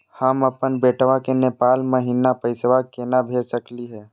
हम अपन बेटवा के नेपाल महिना पैसवा केना भेज सकली हे?